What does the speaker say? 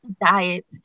diet